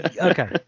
Okay